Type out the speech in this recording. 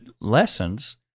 lessons